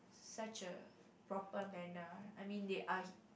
such a proper manner I mean they are